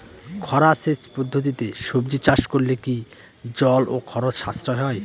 খরা সেচ পদ্ধতিতে সবজি চাষ করলে কি জল ও খরচ সাশ্রয় হয়?